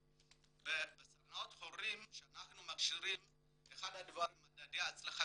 בסדנאות הורים שאנחנו מכשירים אחד ממדדי ההצלחה